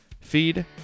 feed